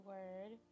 Word